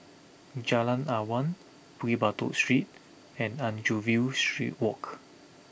Jalan Awan Bukit Batok Street and Anchorvale Street Walk